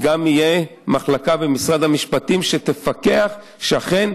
תהיה גם מחלקה במשרד המשפטים שתפקח שאכן